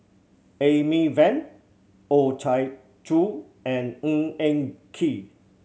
Amy Van Oh Chai Zhu and Ng Eng Kee